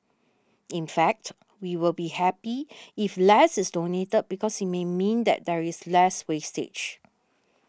in fact we will be happy if less is donated because it may mean that there is less wastage